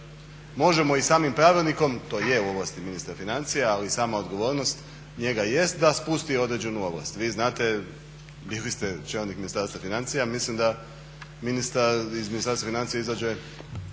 možemo i samim pravilnikom, to je u ovlasti ministra financija ali i sama odgovornost njega jest da spusti određenu ovlast. Vi znate, bili ste čelnik Ministarstva financija mislim da ministar iz Ministarstva financija izađe